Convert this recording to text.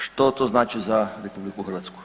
Što to znači za RH?